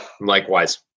Likewise